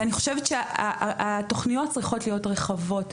אני חושבת שהתוכניות צריכות להיות רחבות.